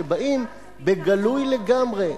שבאים בגלוי לגמרי,